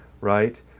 right